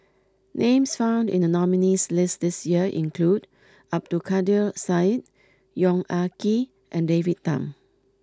names found in the nominees' list this year include Abdul Kadir Syed Yong Ah Kee and David Tham